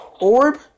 Orb